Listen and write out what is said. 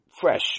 fresh